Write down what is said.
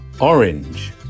orange